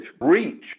reach